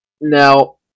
Now